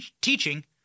teaching